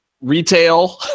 retail